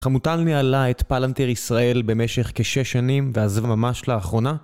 חמוטל ניהלה את פלנטיר ישראל במשך כשש שנים ועזבה ממש לאחרונה?